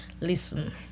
listen